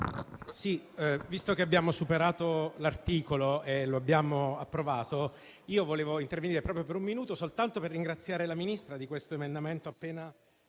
visto che abbiamo superato l'articolo 7 e lo abbiamo approvato, volevo intervenire per un minuto soltanto per ringraziare la Ministra dell'emendamento appena approvato